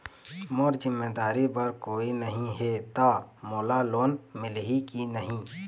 मोर जिम्मेदारी बर कोई नहीं हे त मोला लोन मिलही की नहीं?